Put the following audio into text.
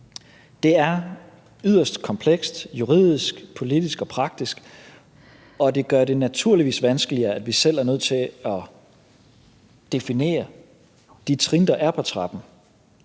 Det er yderst komplekst juridisk, politisk og praktisk, og det gør det naturligvis vanskeligere, at vi selv er nødt til at definere de trin, der er på trappen,